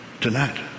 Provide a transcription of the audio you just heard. tonight